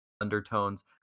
undertones